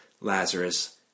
Lazarus